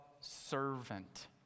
servant